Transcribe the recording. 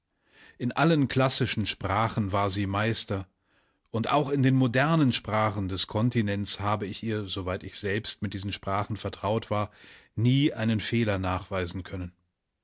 in allen klassischen sprachen war sie meister und auch in den modernen sprachen des kontinents habe ich ihr soweit ich selbst mit diesen sprachen vertraut war nie einen fehler nachweisen können